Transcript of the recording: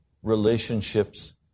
relationships